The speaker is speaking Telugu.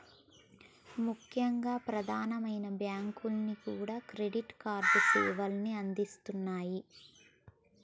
ముఖ్యంగా ప్రమాదమైనా బ్యేంకులన్నీ కూడా క్రెడిట్ కార్డు సేవల్ని అందిత్తన్నాయి